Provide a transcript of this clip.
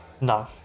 No